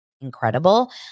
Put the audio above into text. incredible